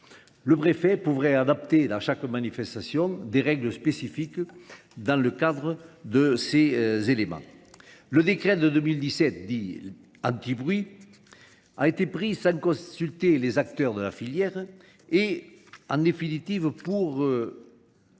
Le préfet pourrait adapter dans chaque manifestation des règles spécifiques dans le cadre de ces éléments. Le décret de 2017 dit anti-bruit a été pris sans consulter les acteurs de la filière et, en définitive,